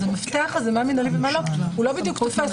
המפתח הזה של מה מינהלי ומה לא לא בדיוק תופש.